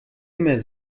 immer